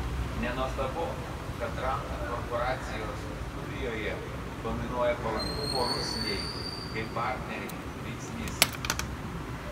nenuostabu kad rand korporacijos studijoje dominuoja palankumo rusijai kaip partnerei veiksnys